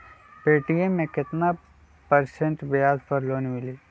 Paytm मे केतना percent ब्याज पर लोन मिली?